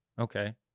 okay